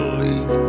leak